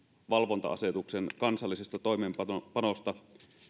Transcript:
valvonta asetuksen kansallisesta toimeenpanosta